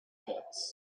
pits